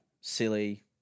silly